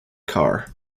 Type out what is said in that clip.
car